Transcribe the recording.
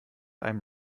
einem